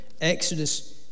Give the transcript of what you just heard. Exodus